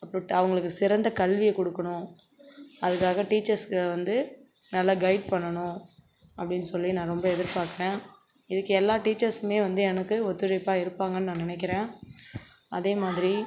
அப்றோ ட அவங்களுக்கு சிறந்த கல்வியை கொடுக்கணும் அதுக்காக டீச்சர்ஸ்க்கு வந்து நல்லா கைட் பண்ணணும் அப்டினு சொல்லி நான் ரொம்ப எதிர்பார்க்குறேன் இதுக்கு எல்லா டீச்சர்ஸுமே வந்து எனக்கு ஒத்துழைப்பாக இருப்பாங்கன்னு நான் நினக்கிறேன் அதே மாதிரி